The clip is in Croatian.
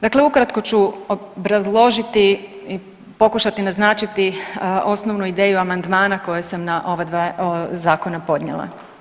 Dakle, ukratko ću obrazložiti i pokušati naznačiti osnovnu ideju amandmana koje sam na ova dva zakona podnijela.